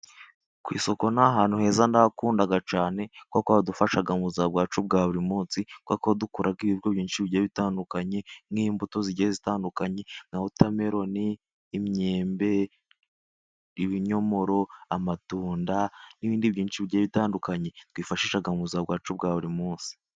Ku isoko n'ahantu heza ndahakunda cyane kuko hadufasha mubuzima bwacu bwa buri munsi. Kuko dukora ibintu byinshi bigiye bitandukanye nk'imbuto zigenda zitandukanye, nka wotameroni, imyembe, ibinyomoro, amatunda n'ibindi byinshi bigiye bitandukanye twifashisha mubuzima bwacu bwa buri munsi.